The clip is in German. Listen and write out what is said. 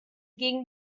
gegen